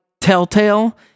Telltale